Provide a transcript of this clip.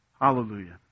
Hallelujah